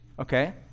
Okay